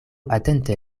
atente